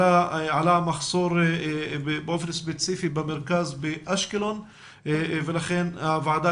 עלה המחסור באופן ספציפי במרכז באשקלון ולכן הוועדה